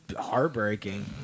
heartbreaking